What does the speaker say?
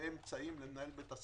ואמצעים למנהל בית הספר.